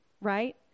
right